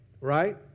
right